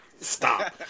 Stop